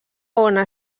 ona